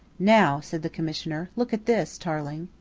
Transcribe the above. now, said the commissioner, look at this, tarling.